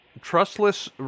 trustless